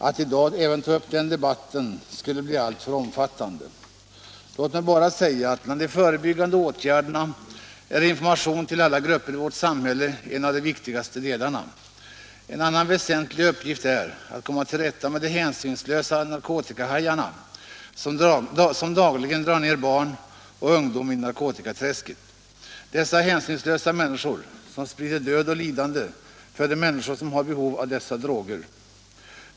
Att i dag även ta upp den debatten skulle bli alltför tidskrävande. Bland de förebyggande åtgärderna är information till alla grupper i vårt samhälle en av de viktigaste. En annan väsentlig uppgift är att komma till rätta med de hänsynslösa narkotikahajarna som dagligen drar ner barn och ungdom i narkotikaträsket. Dessa hänsynslösa människor sprider död och lidande till de människor som har behov av dessa droger.